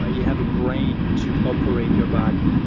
ah you have a brain to operate your body.